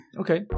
Okay